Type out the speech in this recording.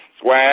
swag